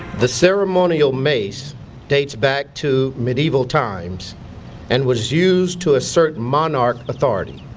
the ceremonial mace dates back to medieval times and was used to assert monarch authority.